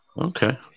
Okay